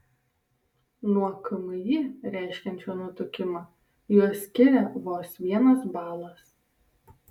nuo kmi reiškiančio nutukimą juos skiria vos vienas balas